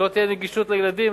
שלא תהיה גישה לילדים,